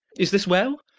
is this well?